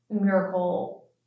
miracle